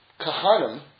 Kahanim